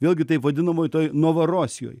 vėlgi taip vadinamoj toj nova rosijoj